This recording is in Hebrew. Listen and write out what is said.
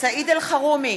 סעיד אלחרומי,